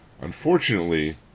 Unfortunately